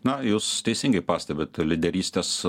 na jūs teisingai pastebit lyderystės